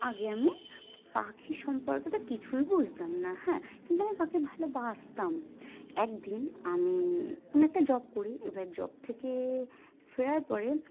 আগে আমি পাখি সম্পর্কে তো কিছুই বুঝতাম না হ্যাঁ কিন্তু আমি পাখি ভালোবাসতাম একদিন আমি আমি একটা জব করি এবার জব থেকে ফেরার পরে